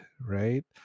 right